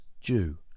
Jew